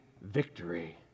victory